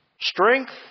Strength